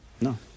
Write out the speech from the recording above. No